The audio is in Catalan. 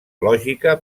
lògica